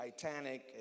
Titanic